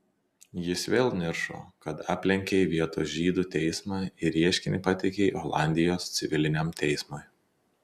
jis vėl niršo kad aplenkei vietos žydų teismą ir ieškinį pateikei olandijos civiliniam teismui